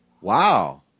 Wow